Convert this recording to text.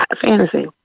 Fantasy